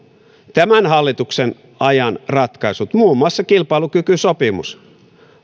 tämän hallituksen ajan ratkaisut muun muassa kilpailukykysopimus